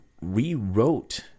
rewrote